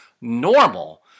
normal